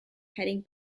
heading